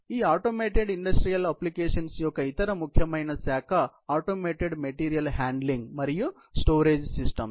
ఈ automated industrial applications యొక్క ఇతర ముఖ్యమైన శాఖ ఆటోమేటెడ్ మెటీరియల్ హ్యాండ్లింగ్ మరియు స్టోరేజ్ సిస్టమ్స్